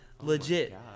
Legit